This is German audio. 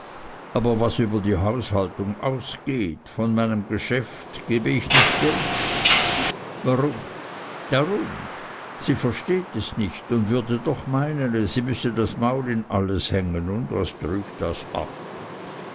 aber was über die haushaltung aus geht von meinem geschäft gebe ich nicht bericht warum darum sie versteht es nicht und würde doch meinen sie müsse das maul in alles hängen und was trüg das ab